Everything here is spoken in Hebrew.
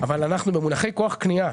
אבל אנחנו במונחי כוח קנייה,